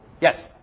Yes